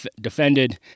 defended